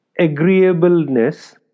agreeableness